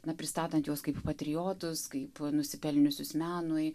nepristatant juos kaip patriotus kaip nusipelniusius menui